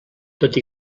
tot